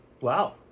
Wow